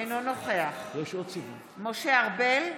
אינו נוכח משה ארבל,